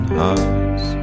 hearts